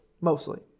Mostly